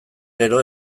gero